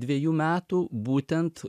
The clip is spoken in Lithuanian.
dvejų metų būtent